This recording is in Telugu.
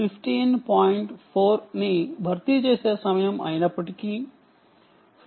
4 ని భర్తీ చేసే సమయం అయినప్పటికీ 15